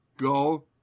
Go